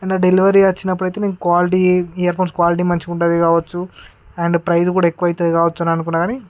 and delivery వచ్చినప్పుడు అయితే నేను క్వాలిటీ ఇయర్ఫోన్స్ క్వాలిటీ మంచిగా ఉంటుంది కావచ్చు అండ్ ప్రైజ్ కూడా ఎక్కువ అవుతుంది కావచ్చు అని అనుకున్నా కానీ